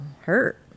hurt